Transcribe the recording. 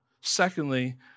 Secondly